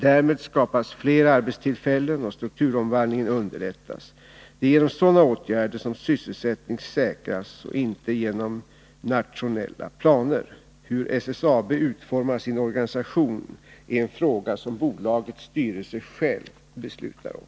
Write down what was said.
Därmed skapas fler arbetstillfällen och strukturomvandlingen underlättas. Det är genom sådana åtgärder som sysselsättning säkras och inte genom nationella planer. Hur SSAB utformar sin organisation är en fråga som bolagets styrelse själv beslutar om.